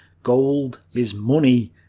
gold is money,